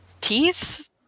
teeth